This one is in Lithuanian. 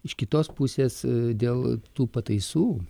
iš kitos pusės dėl tų pataisų